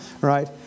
Right